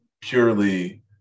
purely